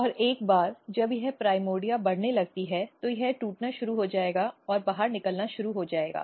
और एक बार जब यह प्राइमर्डिया बढ़ने लगती है तो यह टूटना शुरू हो जाएगा और यह बाहर निकलना शुरू हो जाएगा